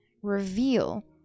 reveal